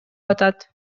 атат